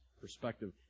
perspective